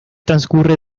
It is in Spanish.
transcurre